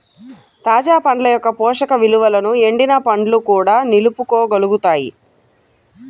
తాజా పండ్ల యొక్క పోషక విలువలను ఎండిన పండ్లు కూడా నిలుపుకోగలుగుతాయి